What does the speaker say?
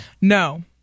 No